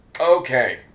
Okay